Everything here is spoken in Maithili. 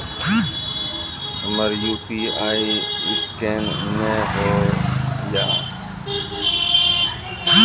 हमर यु.पी.आई ईसकेन नेय हो या?